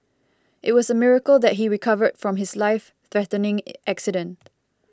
it was a miracle that he recovered from his life threatening accident